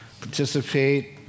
participate